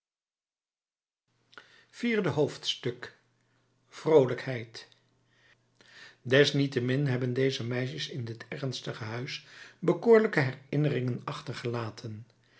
vierde hoofdstuk vroolijkheid desniettemin hebben deze meisjes in dit ernstige huis bekoorlijke herinneringen achtergelaten